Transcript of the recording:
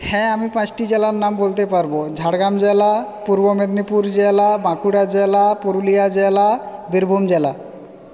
হ্যাঁ আমি পাঁচটি জেলার নাম বলতে পারবো ঝাড়গ্রাম জেলা পূর্ব মেদনীপুর জেলা বাঁকুড়া জেলা পুরুলিয়া জেলা বীরভূম জেলা